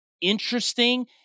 interesting